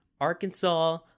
Arkansas